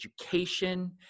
education